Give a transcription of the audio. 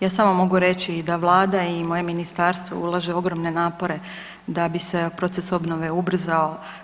Ja samo mogu reći da Vlada i moje ministarstvo ulaže ogromne napore da bi se proces obnove ubrzao.